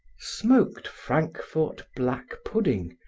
smoked frankfort black pudding,